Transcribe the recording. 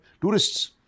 tourists